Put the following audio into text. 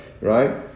right